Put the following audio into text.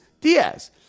Diaz